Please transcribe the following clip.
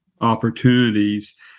opportunities